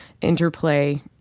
interplay